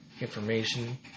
information